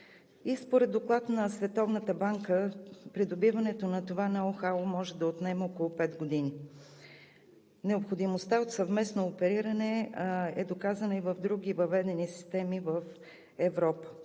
И според доклад на Световната банка придобиването на това ноу-хау може да отнеме около пет години. Необходимостта от съвместно опериране е доказана и в други въведени системи в Европа.